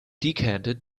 decanted